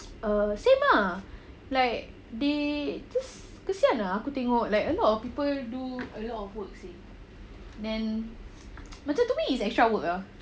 uh same lah like they just kesian aku tengok a lot of people do a lot work seh then macam to me it's extra work ah